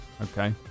Okay